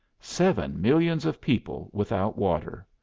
seven millions of people without water!